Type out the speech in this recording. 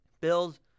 Bills